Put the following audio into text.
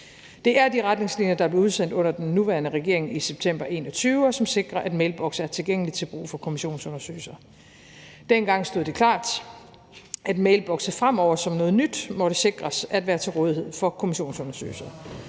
Det er de retningslinjer, der blev udsendt under den nuværende regering i september 2021, og som sikrer, at mailbokse er tilgængelige til brug for kommissionsundersøgelser. Dengang stod det klart, at mailbokse fremover som noget nyt måtte sikres at være til rådighed for kommissionsundersøgelser.